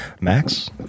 Max